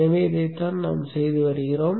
எனவே இதைத்தான் நாம்செய்து வருகிறோம்